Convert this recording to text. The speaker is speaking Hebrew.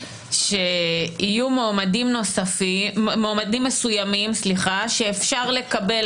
שיהיו מועמדים מסוימים שאפשר לקבל